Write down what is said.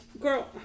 Girl